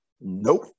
nope